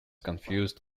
confused